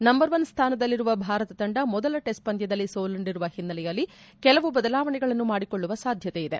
number one ಸ್ಥಾನದಲ್ಲಿರುವ ಭಾರತ ತಂಡ ಮೊದಲ ಟೆಸ್ಟ್ ಪಂದ್ಯದಲ್ಲಿ ಸೋಲುಂಡಿರುವ ಹಿನ್ನೆಲೆಯಲ್ಲಿ ಕೆಲವು ಬದಲಾವಣೆಗಳನ್ನು ಮಾಡಿಕೊಳ್ಳುವ ಸಾಧ್ಯತೆ ಇದೆ